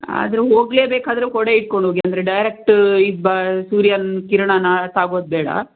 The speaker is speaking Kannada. ಆದರೂ ಹೋಗಲೇಬೇಕಾದರೂ ಕೊಡೆ ಹಿಡ್ಕೊಂಡೋಗಿ ಅಂದರೆ ಡೈರೆಕ್ಟ್ ಇದು ಬ ಸೂರ್ಯನ ಕಿರಣ ತಾಗೋದು ಬೇಡ